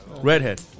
Redhead